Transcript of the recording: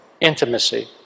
intimacy